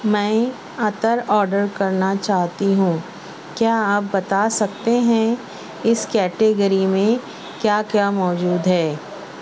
میں عطر آرڈر کرنا چاہتی ہوں کیا آپ بتا سکتے ہیں اس کیٹیگری میں کیا کیا موجود ہے